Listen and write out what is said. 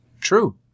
True